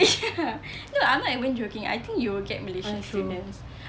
ya no I'm not even joking I think you will get malaysian students